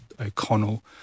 O'Connell